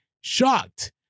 Shocked